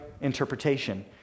interpretation